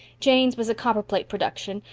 jane's was a copperplate production,